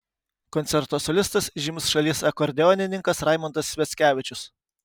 koncerto solistas žymus šalies akordeonininkas raimondas sviackevičius